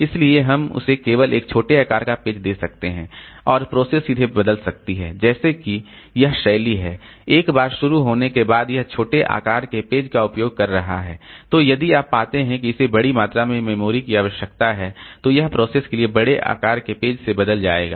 इसलिए हम इसे केवल एक छोटे आकार का पेज दे सकते हैं और प्रोसेस इसे बदल सकती है जैसे कि यह शैली है एक बार शुरू होने के बाद यह छोटे आकार के पेज का उपयोग कर रहा है तो यदि आप पाते हैं कि इसे बड़ी मात्रा में मेमोरी की आवश्यकता है तो यह प्रोसेस के लिए बड़े आकार के पेज से बदल जाएगा